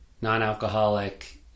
non-alcoholic